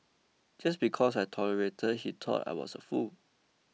just because I tolerated he thought I was a fool